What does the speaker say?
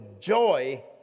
joy